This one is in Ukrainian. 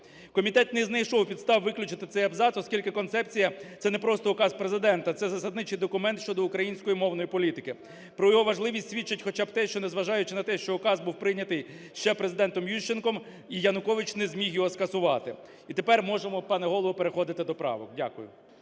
Комітет не знайшов підстав виключити цей абзац, оскільки концепція – це не просто указ Президента, це засадничий документ щодо української мовної політики. Про його важливість свідчить хоча б те, що, незважаючи на те, що указ був прийнятий ще Президентом Ющенком, і Янукович не зміг його скасувати. І тепер можемо, пане Голово, переходити до правок. Дякую.